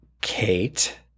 Kate